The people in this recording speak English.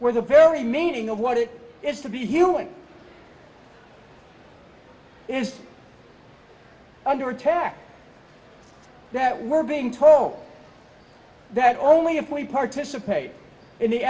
where the very meaning of what it is to be human is under attack that we're being told that only if we participate in the